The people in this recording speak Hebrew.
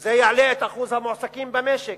זה יעלה את אחוז המועסקים במשק,